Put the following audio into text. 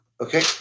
Okay